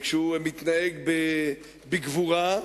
וכשהוא מתנהג בגבורה,